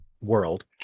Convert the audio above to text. world